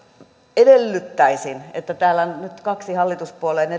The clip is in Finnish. edellyttäisin että täällä on nyt kaksi hallituspuolueiden